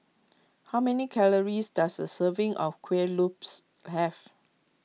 how many calories does a serving of Kueh Lopes have